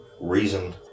reason